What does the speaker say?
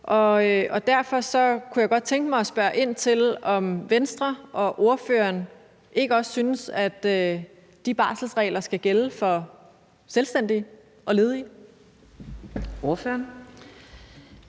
Derfor kunne jeg godt tænke mig at spørge ind til, om Venstre og ordføreren ikke også synes, at de barselsregler skal gælde for selvstændige og ledige. Kl.